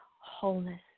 wholeness